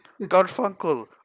Garfunkel